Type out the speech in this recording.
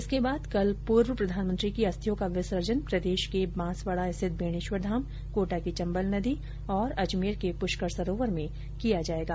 इसके बाद कल पूर्व प्रधानमंत्री की अस्थियों का विसर्जन प्रदेश के बांसवाडा स्थित बेणेश्वर धाम कोटा की चम्बल नदी और अजमेर के पुष्कर सरोवर में किया जायेगा